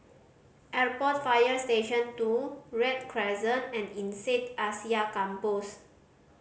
Airport Fire Station Two Read Crescent and INSEAD Asia Campus